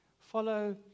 Follow